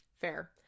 Fair